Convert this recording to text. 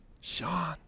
Sean